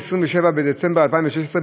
27 בדצמבר 2016,